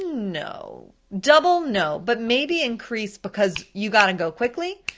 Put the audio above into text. no. double, no, but maybe increase because you gotta go quickly.